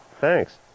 Thanks